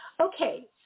Okay